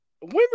Women